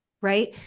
Right